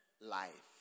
life